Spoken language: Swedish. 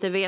på.